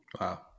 Wow